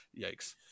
yikes